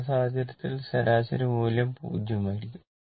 ആ സാഹചര്യത്തിൽ ശരാശരി മൂല്യം 0 ആയിരിക്കും